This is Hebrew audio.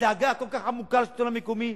בדאגה כל כך עמוקה לשלטון המקומי?